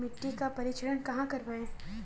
मिट्टी का परीक्षण कहाँ करवाएँ?